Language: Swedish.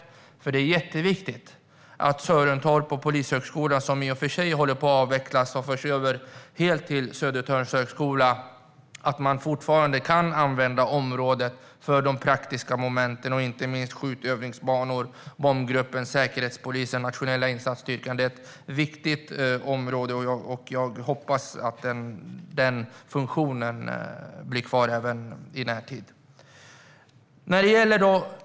Det är nämligen mycket viktigt att området i Sörentorp, där polisutbildningen i och för sig håller på att avvecklas för att helt föras över till Södertörns högskola, fortfarande kan användas för de praktiska momenten. Det gäller inte minst skjutövningsbanor, bombskyddet, Säkerhetspolisen och Nationella insatsstyrkan. Det är ett viktigt område, och jag hoppas att den funktionen blir kvar.